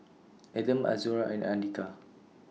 Adam Azura and Andika